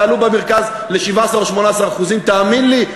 תעלו במרכז ל-17% או 18%. תאמין לי,